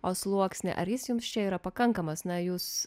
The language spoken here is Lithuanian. o sluoksnį ar jis jums čia yra pakankamas na jūs